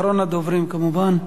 אחרון הדוברים, כמובן.